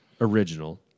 Original